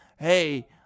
hey